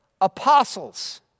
apostles